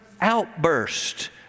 outburst